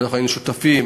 והיינו שותפים,